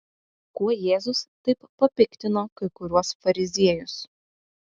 kuo jėzus taip papiktino kai kuriuos fariziejus